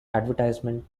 advertisement